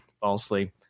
falsely